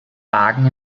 wagen